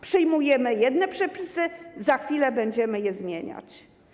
Przyjmujemy jedne przepisy, za chwilę będziemy je zmieniać.